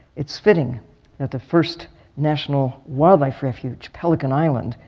it's fitting that the first national wildlife refuge, pelican island,